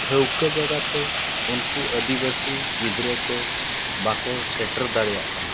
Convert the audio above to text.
ᱴᱷᱟᱹᱣᱠᱟᱹ ᱡᱟᱜᱟ ᱛᱮ ᱩᱱᱠᱩ ᱟᱹᱫᱤᱵᱟᱹᱥᱤ ᱜᱤᱫᱽᱨᱟᱹ ᱠᱚ ᱵᱟᱠᱚ ᱥᱮᱴᱮᱨ ᱫᱟᱲᱮᱭᱟᱜ ᱠᱟᱱᱟ